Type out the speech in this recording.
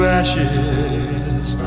ashes